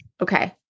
Okay